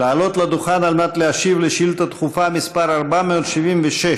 לעלות לדוכן על מנת להשיב לשאילתה דחופה מס' 476,